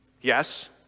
yes